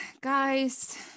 guys